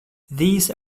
these